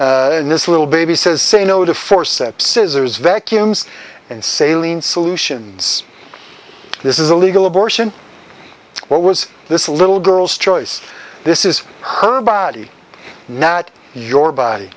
in this little baby says say no to forceps scissors vacuums and sailin solutions this is a legal abortion what was this little girl's choice this is her body not your body